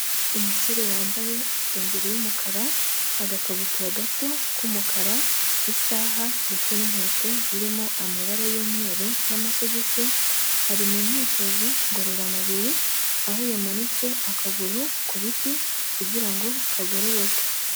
Umusore wambaye isengeri y'umukara, agakabutura gato k'umukara, isaha ndetse n'inkweto zirimo amabara y'umweru n'amasogisi ari mu myitozo ngororamubiri, aho yamanitse akaguru ku biti kugira ngo kagororoke.